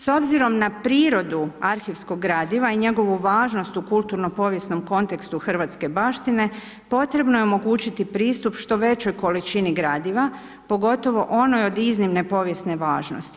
S obzirom na prirodu arhivskog gradiva i njegovu važnost u kulturno-povijesnom kontekstu hrvatske baštine, potrebno je omogućiti pristup što većoj količini gradiva pogotovo onoj od iznimne povijesne važnosti.